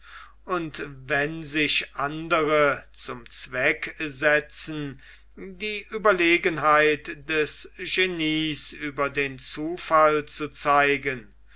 und wenn sich andere zum zweck setzen die ueberlegenheit des genies über den zufall zu zeigen